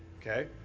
okay